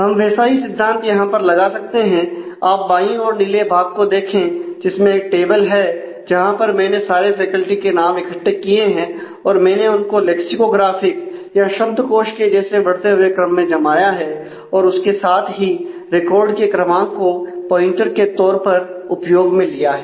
हम वैसा ही सिद्धांत यहां पर लगा सकते हैं आप बांई और नीले भाग को देखें जिसमें टेबल है जहां पर मैंने सारे फैकल्टी के नाम इकट्ठे किए हैं और मैंने उनको लैक्सिकोग्राफिक या शब्दकोश के जैसे बढ़ते हुए क्रम में जमाया है और उसके साथ ही रिकॉर्ड के क्रमांक को पॉइंटर के तौर पर उपयोग में लिया है